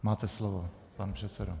Máte slovo, pane předsedo.